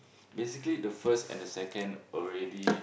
basically the first and the second already